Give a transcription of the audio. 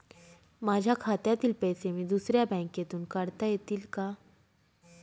माझ्या खात्यातील पैसे मी दुसऱ्या बँकेतून काढता येतील का?